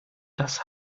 das